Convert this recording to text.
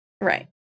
Right